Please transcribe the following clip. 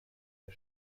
der